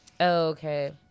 okay